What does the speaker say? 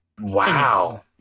Wow